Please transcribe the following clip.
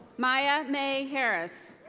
mya mae harris.